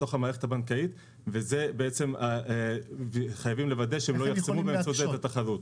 לתוך המערכת הבנקאית וחייבים לוודא שהם לא יחסמו ויעצרו את התחרות.